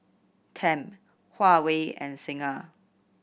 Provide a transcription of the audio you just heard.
Tempt Huawei and Singha